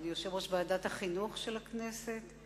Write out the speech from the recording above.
אדוני יושב-ראש ועדת החינוך של הכנסת,